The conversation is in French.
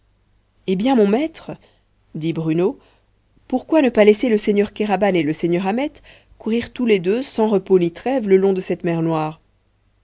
eh bien mon maître dit bruno pourquoi ne pas laisser le seigneur kéraban et le seigneur ahmet courir tous les deux sans repos ni trêve le long de cette mer noire